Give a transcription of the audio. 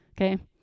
okay